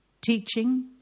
teaching